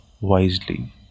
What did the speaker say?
wisely